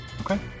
Okay